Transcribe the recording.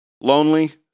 Lonely